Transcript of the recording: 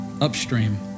upstream